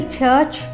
church